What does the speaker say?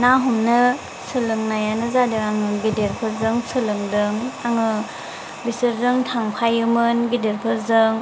ना हमनो सोलोंनायानो जादों गिदिरफोरजों सोलोंदों आङो बिसोरजों थांफायोमोन गिदिरफोरजों